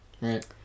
right